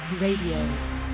Radio